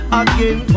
again